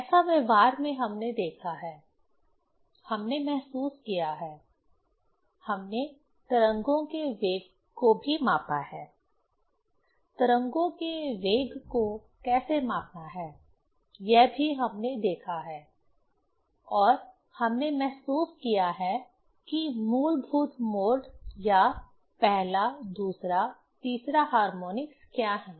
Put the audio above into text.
ऐसा व्यवहार में हमने देखा है हमने महसूस किया है हमने तरंगों के वेग को भी मापा है तरंगों के वेग को कैसे मापना है यह भी हमने देखा है और हमने महसूस किया है कि मूलभूत मोड या 1st 2nd तीसरा हार्मोनिक्स क्या हैं